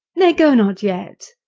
nay, go not yet!